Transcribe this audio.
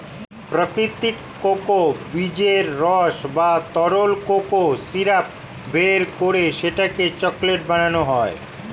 প্রাকৃতিক কোকো বীজের রস বা তরল কোকো সিরাপ বের করে সেটাকে চকলেট বানানো হয়